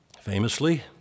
Famously